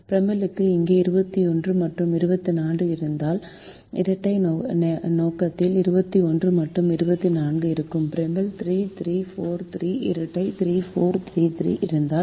ப்ரைமலுக்கு இங்கே 21 மற்றும் 24 இருந்தால் இரட்டை நோக்கத்தில் 21 மற்றும் 24 இருக்கும் ப்ரைமலில் 3 3 4 3 இரட்டை 3 4 3 3 இருந்தால்